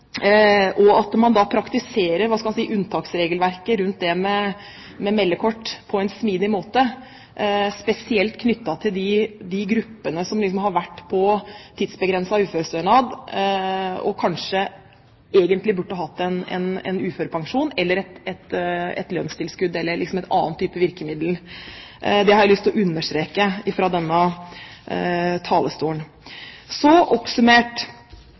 Da må man praktisere unntaksregelverket rundt det med meldekort på en smidig måte, spesielt knyttet til de gruppene som har vært på tidsbegrenset uførestønad, og som kanskje egentlig burde hatt en uførepensjon eller et lønnstilskudd – eller en annen type virkemiddel. Det har jeg lyst til å understreke fra denne talerstolen. Oppsummert: